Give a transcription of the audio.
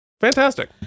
Fantastic